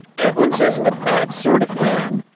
edwards isn't a bad sort of man.